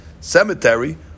cemetery